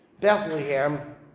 Bethlehem